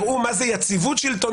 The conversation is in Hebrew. הראו מה זה יציבות שלטונית.